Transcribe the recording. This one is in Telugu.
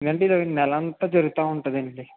ఇది నెలంతా జరుగుతూ ఉంటుందండి